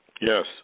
Yes